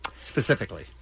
specifically